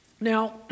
Now